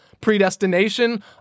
predestination